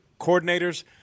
coordinators